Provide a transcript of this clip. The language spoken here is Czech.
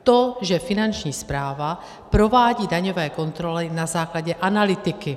To, že Finanční správa provádí daňové kontroly na základě analytiky.